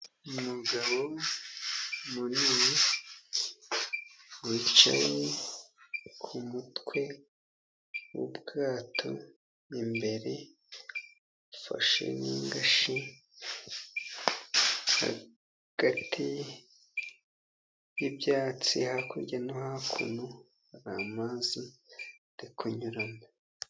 Umugabo munini wicaye ku mutwe w'ubwato, imbere ufashe n'ingashi, hagati y'ibyatsi, hakurya no hakuno hari amazi ari kunyuramo.